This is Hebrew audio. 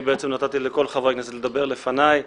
אני בעצם נתתי לכל חברי הכנסת לדבר לפניי,